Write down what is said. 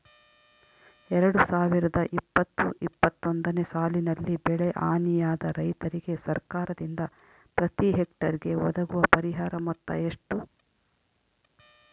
ಎರಡು ಸಾವಿರದ ಇಪ್ಪತ್ತು ಇಪ್ಪತ್ತೊಂದನೆ ಸಾಲಿನಲ್ಲಿ ಬೆಳೆ ಹಾನಿಯಾದ ರೈತರಿಗೆ ಸರ್ಕಾರದಿಂದ ಪ್ರತಿ ಹೆಕ್ಟರ್ ಗೆ ಒದಗುವ ಪರಿಹಾರ ಮೊತ್ತ ಎಷ್ಟು?